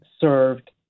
served